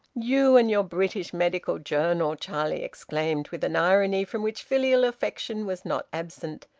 you and your british medical journal! charlie exclaimed, with an irony from which filial affection was not absent,